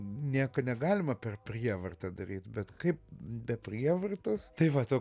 nieko negalima per prievartą daryt bet kaip be prievartos tai vat o